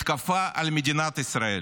מתקפה על מדינת ישראל.